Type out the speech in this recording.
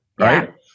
Right